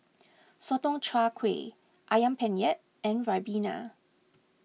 Sotong Char Kway Ayam Penyet and Ribena